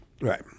right